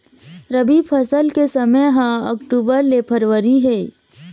रबी फसल के समय ह अक्टूबर ले फरवरी हे